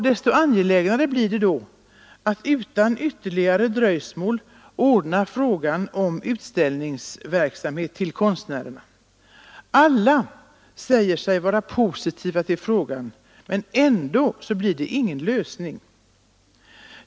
Desto angelägnare blir det då att utan ytterligare dröjsmål ordna frågan om utställningsersättningar till konstnärerna. Alla säger sig vara positiva till frågan, men ändå blir det ingen lösning.